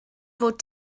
fod